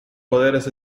poderes